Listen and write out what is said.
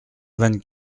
vingt